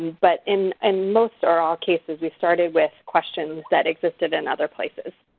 but in and most or all cases we started with questions that existed in other places.